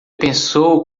pensou